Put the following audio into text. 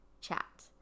chat